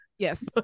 Yes